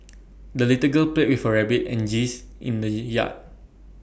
the little girl played with her rabbit and geese in the yard